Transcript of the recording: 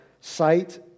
sight